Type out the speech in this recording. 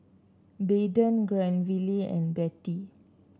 Bethann Granville and Betty